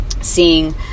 seeing